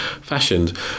fashioned